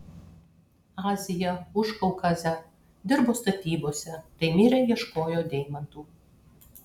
aziją užkaukazę dirbo statybose taimyre ieškojo deimantų